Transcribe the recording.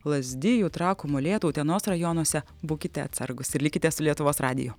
lazdijų trakų molėtų utenos rajonuose būkite atsargūs ir likite su lietuvos radiju